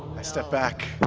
i step back,